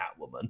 Catwoman